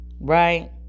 right